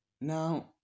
Now